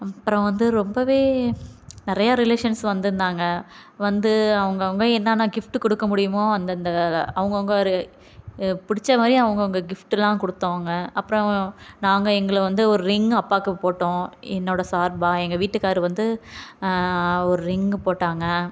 அப்புறம் வந்து ரொம்பவே நிறையா ரிலேஷன்ஸ் வந்திருந்தாங்க வந்து அவங்கவங்க என்னான்ன கிஃப்ட் கொடுக்கமுடியுமோ அந்தந்த அவங்கவங்க ஒரு பிடிச்ச மாதிரி அவங்கவங்க கிஃப்ட்லாம் கொடுத்தோங்க அப்புறம் நாங்கள் எங்களை வந்து ஒரு ரிங் அப்பாவுக்கு போட்டோம் என்னோட சார்பாக எங்கள் வீட்டுக்காரர் வந்து ஒரு ரிங் போட்டாங்க